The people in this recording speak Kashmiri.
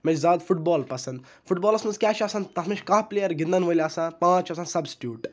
مےٚ چھِ زیاد فُٹ بال پَسَنٛد فُٹ بالَس مَنٛز کیاہ چھُ آسان تَتھ مَنٛز چھِ کاہہ پٕلیر گِندَن وٲلۍ آسان پانٛژھ چھِ آسان سَبسٹیوٹ